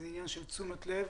זה עניין של תשומת לב,